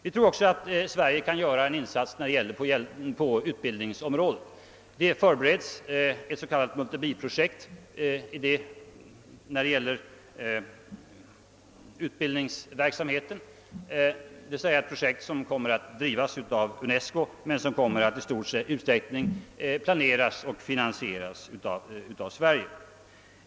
Vi tror också att Sverige kan göra en insats på utbildningsområdet. Det förbereds ett s.k. multibi-projekt när det gäller utbildningsverksamheten, d.v.s. ett projekt som kommer att drivas av UNESCO men som kommer att i stor utsträckning planeras och finansieras av Sverige.